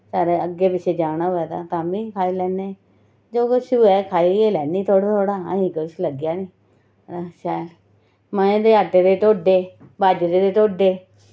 घरे अग्गै पिच्छै जाना होऐ तां तांमी खाई लैन्नें जो कुछ होऐ खाई गै लैनी थोह्ड़ा थोह्ड़ा अजें कुछ लग्गेआ नि शैल माहें दे आटे दे ढोडे बाजरे दे ढोडेै